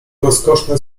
rozkoszne